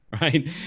right